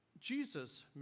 Jesus